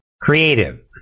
creative